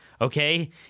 Okay